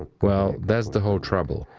well, that's the whole trouble.